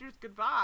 goodbye